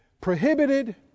Prohibited